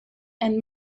and